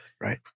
Right